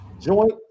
joint